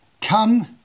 come